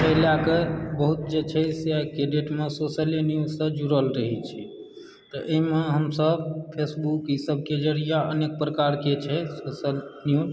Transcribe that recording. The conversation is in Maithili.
एहि लएकऽ बहुत जे छै से आइकाल्हिके डेटमऽ सोशले न्यूजसँ जुड़ल रहैत छी तऽ एहिमऽ हमसभ फेसबुक ईसभके जरिए अनेक प्रकारके छै